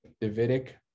Davidic